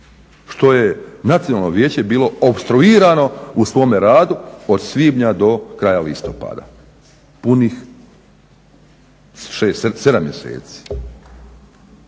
što je Nacionalno vijeće bilo opstruirano u svome radu od svibnja do kraja listopada, punih 6, 7 mjeseci?